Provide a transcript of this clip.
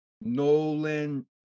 Nolan